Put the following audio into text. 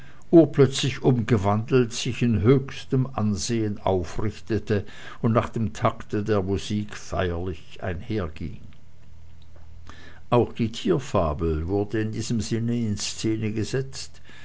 urplötzlich umgewandelt sich in höchstem ansehen aufrichtete und nach dem takte der musik feierlich einherging auch die tierfabel wurde in diesem sinne in szene gesetzt